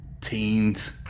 teens